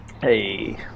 Hey